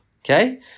Okay